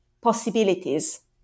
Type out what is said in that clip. possibilities